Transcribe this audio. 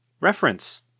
reference